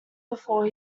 before